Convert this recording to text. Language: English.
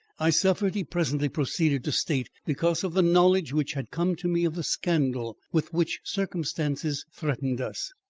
i suffered, he presently proceeded to state, because of the knowledge which had come to me of the scandal with which circumstances threatened us.